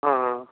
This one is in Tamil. ஆ ஆ